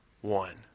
one